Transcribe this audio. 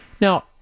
Now